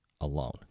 alone